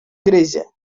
gryzie